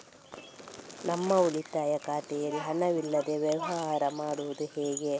ನಮ್ಮ ಉಳಿತಾಯ ಖಾತೆಯಲ್ಲಿ ಹಣವಿಲ್ಲದೇ ವ್ಯವಹಾರ ಮಾಡುವುದು ಹೇಗೆ?